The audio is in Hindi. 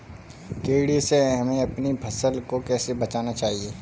कीड़े से हमें अपनी फसल को कैसे बचाना चाहिए?